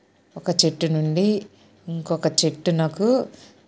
ఒక చెట్టు నుండి ఇంకొక చెట్టునకు